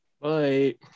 Bye